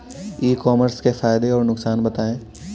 ई commerce के फायदे और नुकसान बताएँ?